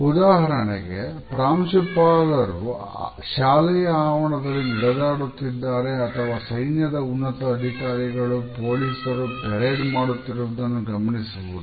ಉದಾಹರಣೆಗೆ ಪ್ರಾಂಶುಪಾಲರು ಶಾಲೆಯ ಆವರಣದಲ್ಲಿ ನಡೆದಾಡುತ್ತಿದ್ದಾರೆ ಅಥವಾ ಸೈನ್ಯದ ಉನ್ನತ ಅಧಿಕಾರಿಗಳು ಪೊಲೀಸರು ಪರೇಡ್ ಮಾಡುತ್ತಿರುವುದನ್ನು ಗಮನಿಸುವುದು